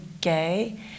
gay